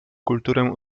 kulturę